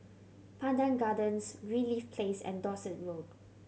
Pandan Gardens Greenleaf Place and Dorset Road